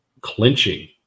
clinching